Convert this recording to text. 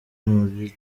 muri